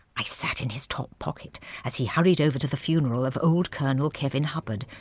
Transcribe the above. i sat in his top pocket as he hurried over to the funeral of old colonel kevin hubbard,